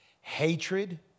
hatred